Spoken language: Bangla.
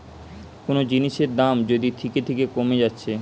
কুনো জিনিসের দাম যদি থিকে থিকে কোমে যাচ্ছে